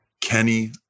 Kenny